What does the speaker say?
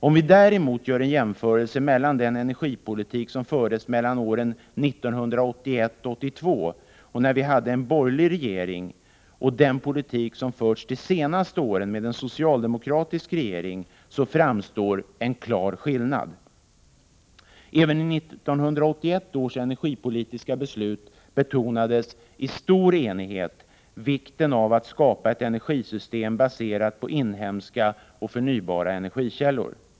Om vi däremot gör en jämförelse mellan den energipolitik som fördes mellan åren 1981 och 1982, när vi hade en borgerlig regering, och den politik som förts de senaste åren, då vi haft en socialdemokratisk regering, framträder en klar skillnad. Även i 1981 års energipolitiska beslut betonades i stor enighet vikten av att skapa ett energisystem baserat på inhemska och förnybara energikällor.